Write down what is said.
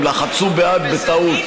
הם לחצו בעד בטעות.